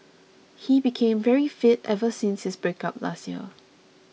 he became very fit ever since his breakup last year